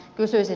kysyisin